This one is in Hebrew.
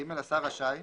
(ג) השר רשאי,